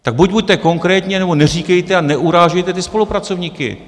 Tak buď buďte konkrétní, nebo neříkejte a neurážejte ty spolupracovníky.